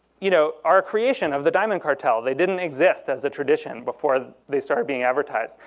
you know are a creation of the diamond cartel. they didn't exist as a tradition before they started being advertised.